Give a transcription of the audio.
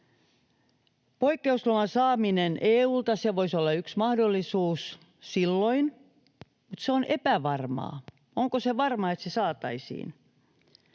Poikkeusluvan saaminen EU:lta voisi olla yksi mahdollisuus silloin, mutta se on epävarmaa, onko se varma, että se saataisiin.